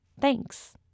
Thanks